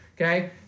okay